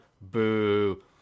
boo